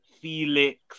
Felix